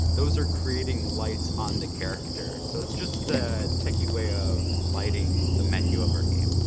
those are creating lights on the character. so it's just a techy way of lighting the menu of our game.